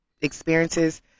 experiences